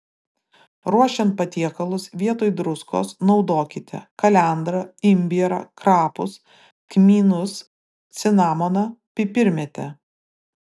ruošiant patiekalus vietoj druskos naudokite kalendrą imbierą krapus kmynus cinamoną pipirmėtę